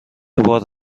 بار